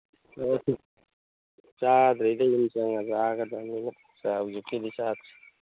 ꯆꯥꯗ꯭ꯔꯤꯗ ꯌꯨꯝ ꯆꯪꯉ ꯆꯥꯒꯗꯃꯤꯅ ꯍꯧꯖꯤꯛꯀꯤꯗꯤ ꯆꯥꯗ꯭ꯔꯤ